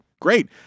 Great